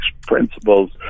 principles